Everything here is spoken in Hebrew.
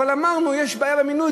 אבל אמרנו: יש בעיה במינוי,